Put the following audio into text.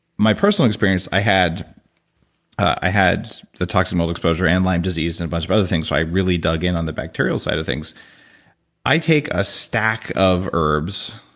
my personal experience, i had i had the toxic mold exposure and lyme disease and a bunch of other things. so i really dug in on the bacterial side of things i take a stack of herbs.